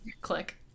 Click